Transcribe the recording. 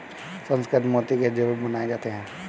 सुसंस्कृत मोती के जेवर भी बनाए जाते हैं